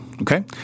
Okay